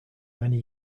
many